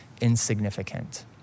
insignificant